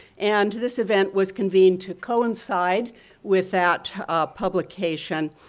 and this event was convened to coincide with that publication,